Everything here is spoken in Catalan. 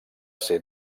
ser